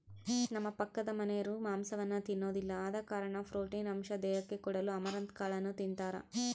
ನಮ್ಮ ಪಕ್ಕದಮನೆರು ಮಾಂಸವನ್ನ ತಿನ್ನೊದಿಲ್ಲ ಆದ ಕಾರಣ ಪ್ರೋಟೀನ್ ಅಂಶ ದೇಹಕ್ಕೆ ಕೊಡಲು ಅಮರಂತ್ ಕಾಳನ್ನು ತಿಂತಾರ